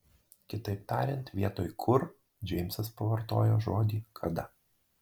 kitaip tariant vietoj kur džeimsas pavartojo žodį kada